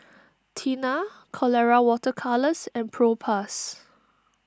Tena Colora Water Colours and Propass